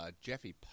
Jeffy